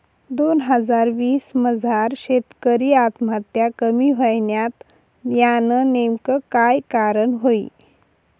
दोन हजार वीस मजार शेतकरी आत्महत्या कमी व्हयन्यात, यानं नेमकं काय कारण व्हयी?